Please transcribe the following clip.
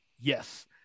yes